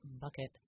bucket